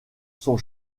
son